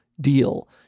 deal